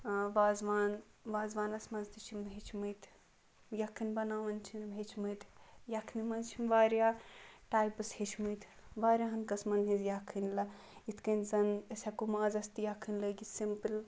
وازوان وازوانَس مَنٛز تہِ چھِم ہیٚچھمٕتۍ یَکھٕنۍ بَناوٕنۍ چھِم ہیٚچھمٕتۍ یَکھنہِ مَنٛز چھِم واریاہ ٹایپس ہیٚچھمٕتۍ واریاہَن قٕسمَن ہٕنٛز یَکھٕنۍ لگ یِتھٕ کٔنۍ زَن أسۍ ہیٚکو مازَس تہِ یَکھٕنۍ لٲگِتھ سِمپل